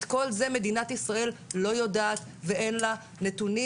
את כל זה מדינת ישראל לא יודעת ואין לה נתונים